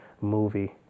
movie